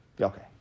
Okay